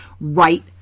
right